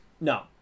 no